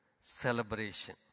celebration